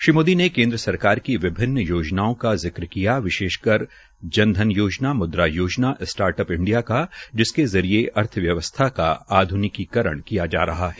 श्री मोदी ने केन्द्र सरकार की विभिन्न योजनाओं की जिक्र किया विशेषकर Jan Dhan Yojana Mudra Yojana start up India के जरिये अर्थव्यवस्था का आध्निकीकरण किया जा रहा है